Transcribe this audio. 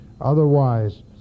Otherwise